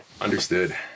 Understood